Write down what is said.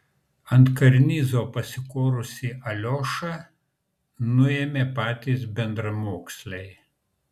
ant karnizo pasikorusį aliošą nuėmė patys bendramoksliai